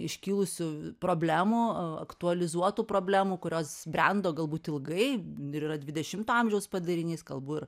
iškilusių problemų aktualizuotų problemų kurios brendo galbūt ilgai ir yra dvidešimto amžiaus padarinys kalbu ir